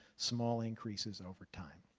small increases over time.